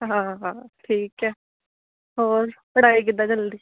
ਹਾਂ ਹਾਂ ਠੀਕ ਹੈ ਹੋਰ ਪੜ੍ਹਾਈ ਕਿੱਦਾਂ ਚੱਲਦੀ